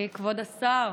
כבוד השר,